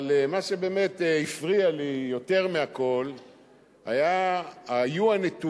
אבל מה שבאמת הפריע לי יותר מהכול היה הנתונים